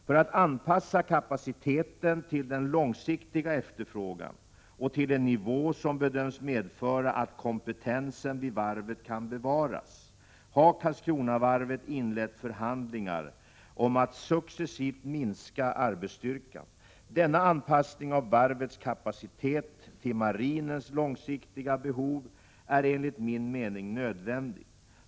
För att anpassa kapaciteten till den långsiktiga efterfrågan och till en nivå som bedöms medföra att kompetensen vid varvet kan bevaras har Karlskronavarvet inlett förhandlingar om att successivt minska arbetsstyrkan. Denna anpassning av varvets kapacitet till marinens långsiktiga behov är enligt min mening nödvändig.